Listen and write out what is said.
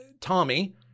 Tommy